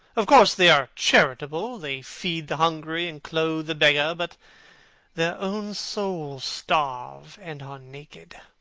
of course, they are charitable. they feed the hungry and clothe the beggar. but their own souls starve, and are naked.